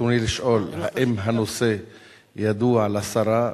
רצוני לשאול: 1. האם הנושא ידוע לשרה?